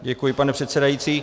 Děkuji, pane předsedající.